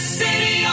city